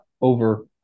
over